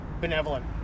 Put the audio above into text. benevolent